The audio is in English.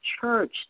church